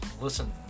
Listen